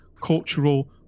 cultural